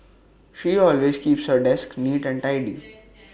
she always keeps her desk neat and tidy